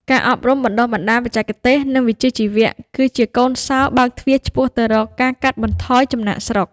ការអប់រំបណ្ដុះបណ្ដាលបច្ចេកទេស និងវិជ្ជាជីវៈ គឺជាកូនសោរបើកទ្វារឆ្ពោះទៅរកការកាត់បន្ថយចំណាកស្រុក។